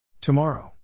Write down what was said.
Tomorrow